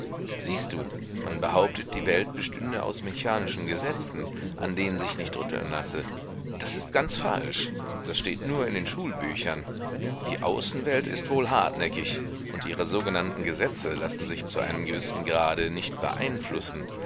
siehst du man behauptet die welt bestünde aus mechanischen gesetzen an denen sich nicht rütteln lasse das ist ganz falsch das steht nur in den schulbüchern die außenwelt ist wohl hartnäckig und ihre sogenannten gesetze lassen sich bis zu einem gewissen grade nicht beeinflussen